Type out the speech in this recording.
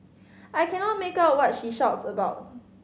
I cannot make out what she shouts about